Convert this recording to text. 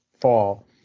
fall